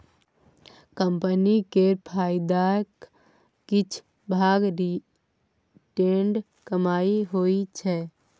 company केर फायदाक किछ भाग रिटेंड कमाइ होइ छै